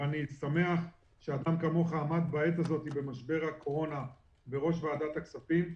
אני שמח שאדם כמוך עמד בעת הזאת במשבר הקורונה בראש ועדת הכספים.